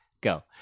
go